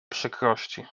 przykrości